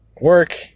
work